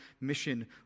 mission